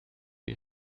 ich